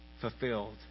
fulfilled